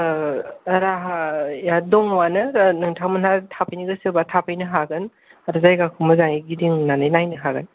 राहाया दङ आनो नोंथांमोनहा थाफैनो गोसोबा थाफैनो हागोन आरो जायगाखौ मोजाङै गिदिंनानै नायनो हागोन